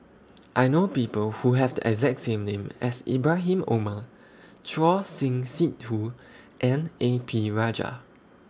I know People Who Have The exact name as Ibrahim Omar Choor Singh Sidhu and A P Rajah